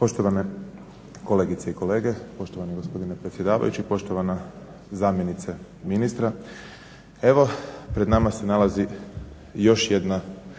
Poštovane kolegice i kolege, poštovani gospodine predsjedavajući, poštovana zamjenice ministra. Evo pred nama se nalazi još jedna